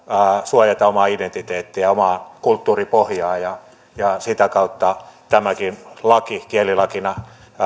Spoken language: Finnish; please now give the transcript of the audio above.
suojata omaa identiteettiä ja omaa kulttuuripohjaa ja ja sitä kautta tämäkin laki kielilakina